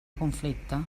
conflicte